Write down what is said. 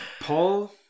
Paul